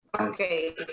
okay